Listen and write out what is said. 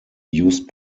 used